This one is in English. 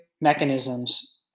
mechanisms